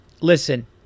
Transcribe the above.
listen